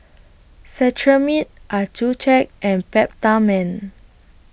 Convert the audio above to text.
Cetrimide Accucheck and Peptamen